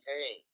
Hey